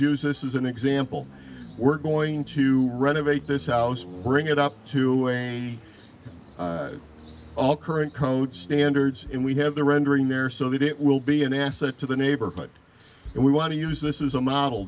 use this is an example we're going to renovate this house bring it up to an all current code standards and we have the rendering there so that it will be an asset to the neighborhood and we want to use this is a model